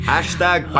Hashtag